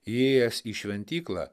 įėjęs į šventyklą